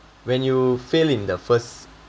when you fail in the first